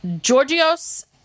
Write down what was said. Georgios